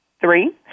Three